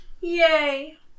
Yay